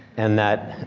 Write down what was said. and that,